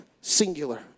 singular